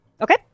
Okay